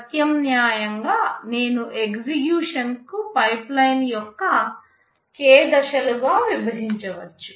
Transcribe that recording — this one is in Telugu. ప్రత్యామ్నాయంగా నేను ఎగ్జిక్యూషన్ ను పైప్లైన్ యొక్క k దశలుగా విభజించవచ్చు